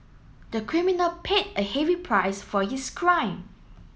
the criminal paid a heavy price for his crime